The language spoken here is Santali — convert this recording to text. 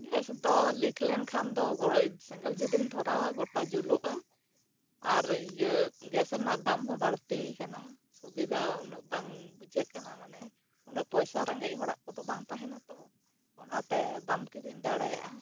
ᱜᱮᱥ ᱫᱚ ᱞᱤᱠ ᱞᱮᱱ ᱠᱷᱟᱱ ᱫᱚ ᱥᱮᱸᱜᱮᱞ ᱡᱩᱫᱤᱢ ᱫᱷᱚᱨᱟᱣᱟ ᱜᱚᱴᱟ ᱡᱩᱞᱩᱜᱼᱟ ᱟᱨ ᱤᱭᱟᱹ ᱜᱮᱥ ᱨᱮᱱᱟᱜ ᱫᱟᱢ ᱦᱚᱸ ᱵᱟᱹᱲᱛᱤ ᱟᱠᱟᱱᱟ ᱥᱩᱵᱤᱫᱷᱟ ᱩᱱᱟᱹᱜ ᱵᱟᱝ ᱵᱩᱡᱷᱟᱹᱜ ᱠᱟᱱᱟ ᱢᱟᱱᱮ ᱩᱱᱟᱹᱜ ᱯᱚᱭᱥᱟ ᱨᱮᱸᱜᱮᱡ ᱦᱚᱲᱟᱜ ᱠᱚᱫᱚ ᱵᱟᱝ ᱛᱟᱦᱮᱱᱟ ᱛᱚ ᱚᱱᱟ ᱛᱮ ᱵᱟᱝ ᱠᱚ ᱵᱩᱡᱽ ᱫᱟᱲᱮᱭᱟᱜᱼᱟ